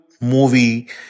movie